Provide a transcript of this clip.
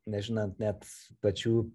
nežinant net pačių